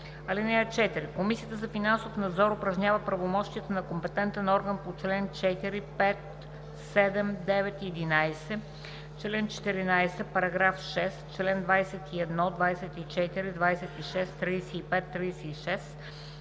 „(4) Комисията за финансов надзор упражнява правомощията на компетентен орган по чл. 4, 5, 7, 9, 11, чл. 14, параграф 6, чл. 21, 24, 26, 35, 36,